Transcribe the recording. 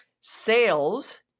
Sales